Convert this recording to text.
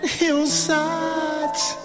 hillsides